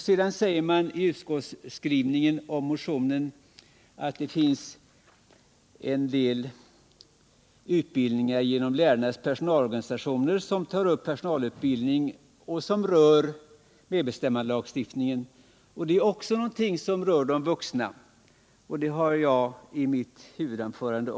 Vidare skriver man om motionen att det genom lärarnas personalorganisationers försorg finns personalutbildning om medbestämmandelagstiftningen, men det är också någonting som berör de vuxna. Det tog jag upp i mitt huvudanförande.